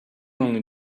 only